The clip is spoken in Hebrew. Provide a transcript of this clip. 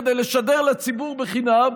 כדי לשדר לציבור חינם,